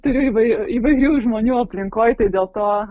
turiu įvai įvairių žmonių aplinkoj tai dėl to